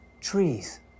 trees